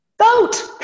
Vote